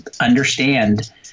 understand